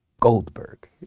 Goldberg